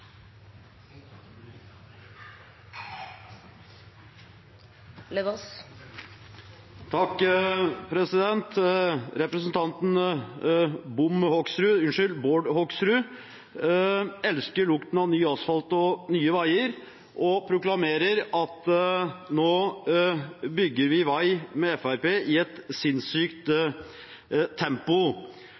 Representanten Bom Hoksrud – unnskyld, Bård Hoksrud – elsker lukten av ny asfalt og nye veier og proklamerer at nå bygger vi vei med Fremskrittspartiet i et sinnssykt tempo.